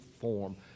form